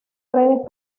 redes